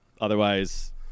otherwise